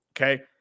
Okay